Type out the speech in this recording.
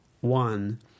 One